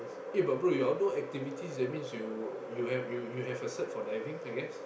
eh but bro your outdoor activity that means you you have you you have a cert for diving I guess